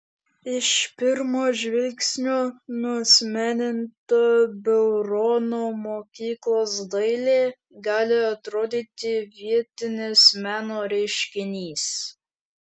iš pirmo žvilgsnio nuasmeninta beurono mokyklos dailė gali atrodyti vietinis meno reiškinys